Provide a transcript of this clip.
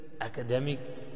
academic